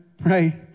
Right